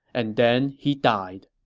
and then he died.